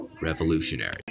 revolutionary